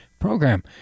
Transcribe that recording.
program